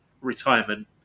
retirement